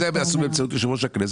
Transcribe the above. את זה עשו באמצעות יושב-ראש הכנסת.